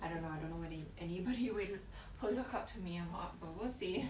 I don't know I don't know whether if any anybody really really look up to me or not but we'll see